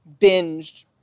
binged